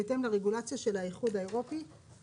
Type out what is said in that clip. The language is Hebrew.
בהתאם לרגולציה של האיחוד האירופי,